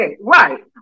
Right